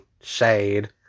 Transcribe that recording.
shade